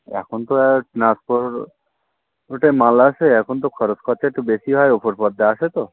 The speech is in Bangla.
এখন তো আর নাগপুর রুটের মাল আসে এখন তো খরচ খরচা একটু বেশি হয় ওপর পথ দিয়ে আসে তো